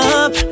up